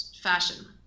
fashion